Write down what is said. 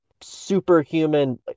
superhuman